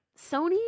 sony